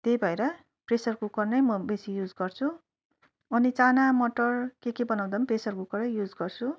त्यही भएर pressure cooker नै म बेसी युज गर्छु अनि चाना मटर के के बनाउँदा पनि प्रेसर कुकरै युज गर्छु